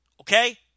Okay